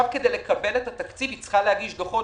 כדי לקבל את התקציב היא צריכה להגיש דוחות